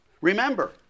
Remember